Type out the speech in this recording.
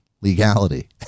legality